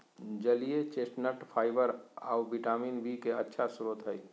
जलीय chestnut fibre आऊ vitamin B के अच्छा स्रोत हइ